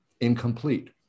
incomplete